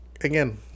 again